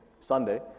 Sunday